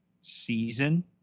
season